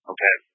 Okay